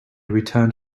returned